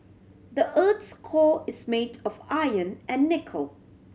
the earth's core is made of iron and nickel